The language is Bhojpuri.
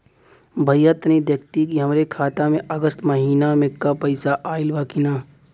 भईया तनि देखती की हमरे खाता मे अगस्त महीना में क पैसा आईल बा की ना?